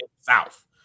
South